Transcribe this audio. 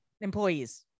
employees